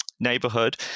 neighborhood